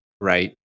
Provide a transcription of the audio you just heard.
right